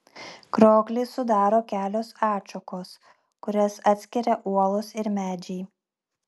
krioklį sudaro kelios atšakos kurias atskiria uolos ir medžiai